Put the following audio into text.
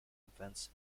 events